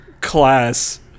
class